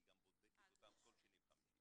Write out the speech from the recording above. היא גם בודקת אותם כל שני וחמישי.